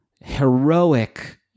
heroic